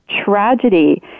tragedy